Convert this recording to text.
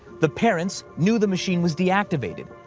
the parents knew the machine was deactivated.